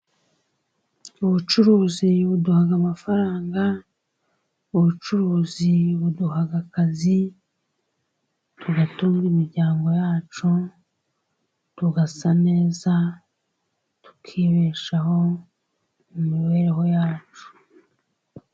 Ubucuruzi buduha amafaranga, ubucuruzi buduha akazi, butunga imiryango yacu, tugasa neza tukibeshaho mu mibereho yacu.